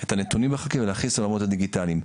את הנתונים מהחקלאים ולהכניס לעולמות הדיגיטליים.